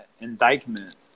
indictment